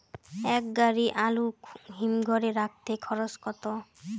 এক গাড়ি আলু হিমঘরে রাখতে খরচ কত?